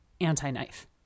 anti-knife